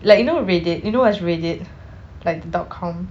like you know reddit you know what is reddit like the dot com